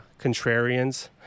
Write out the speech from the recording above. contrarians